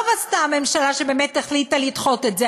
טוב עשתה הממשלה שבאמת החליטה לדחות את זה,